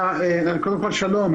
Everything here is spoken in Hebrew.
קודם כול, שלום.